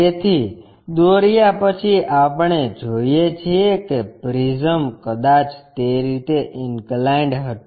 તેથી દોર્યા પછી આપણે જોઈએ છીએ કે પ્રિઝમ કદાચ તે રીતે ઇન્કલાઇન્ડ હતું